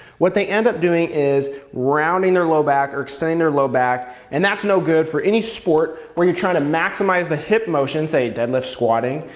what they end up doing is rounding their low back or extending their low back and that's no good for any sport where you're trying to maximize the hip motion, say dead lift squatting,